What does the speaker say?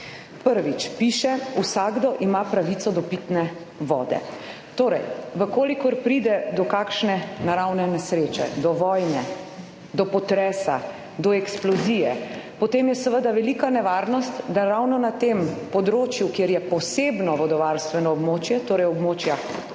Prvič, piše, vsakdo ima pravico do pitne vode. Torej, v kolikor pride do kakšne naravne nesreče, do vojne, do potresa, do eksplozije, potem je seveda velika nevarnost, da ravno na tem področju, kjer je posebno vodovarstveno območje, torej območja kjer se